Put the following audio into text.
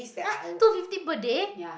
[huh] two fifty per day